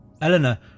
Eleanor